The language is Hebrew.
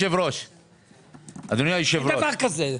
אין דבר כזה.